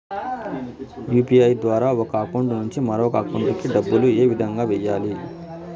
UPI ద్వారా ఒక account నుంచి మరొక అకౌంట్ కి డబ్బులు ఏ విధంగా వెయ్యాలి